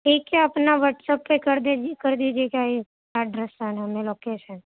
دیکھیے اپنا واٹسپ پہ کر دے گی کر دیجیے چاہے ایڈریس سینڈ ہمیں لوکیش